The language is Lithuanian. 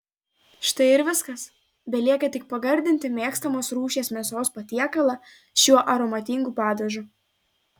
štai ir viskas belieka tik pagardinti mėgstamos rūšies mėsos patiekalą šiuo aromatingu padažu